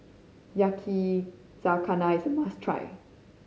yakizakana is a must try